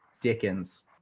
Dickens